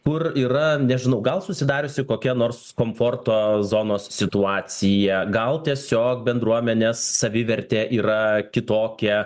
kur yra nežinau gal susidariusi kokia nors komforto zonos situacija gal tiesiog bendruomenės savivertė yra kitokia